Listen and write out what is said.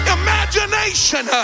imagination